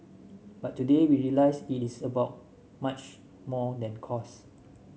but today we realise it is about much more than cost